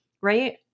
right